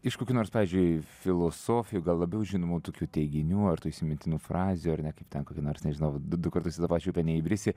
iš kokių nors pavyzdžiui filosofijų gal labiau žinomų tokių teiginių ar tų įsimintinų frazių ar ne kaip ten kokių nors nežinau du du kartus į tą pačią upę neįbrisi